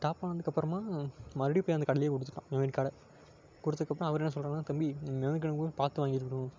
stop ஆனதுக்கப்புறமா மறுபடியும் போய் அந்த கடையிலே கொடுத்துட்டான் மெமரி கார்டை கொடுத்தக்கப்பறம் அவரு என்ன சொல்கிறாருன்னா தம்பி மெமரி கார்டு வாங்கும்போது பார்த்து வாங்கியிருக்கணும்